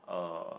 uh